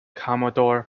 commodore